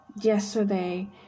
yesterday